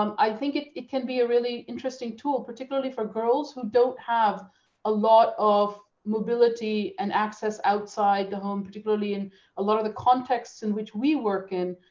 um i think it it can be a really interesting tool, particularly for girls who don't have a lot of mobility and access outside the home. particularly in a lot of the contexts in which we work in